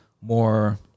more